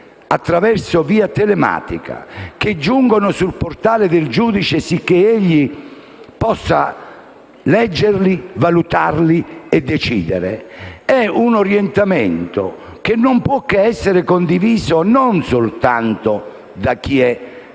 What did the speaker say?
parte degli avvocati, che giungono sul portale del giudice affinché egli possa leggerli, valutarli e decidere, è un orientamento che non può che essere condiviso, non soltanto da chi è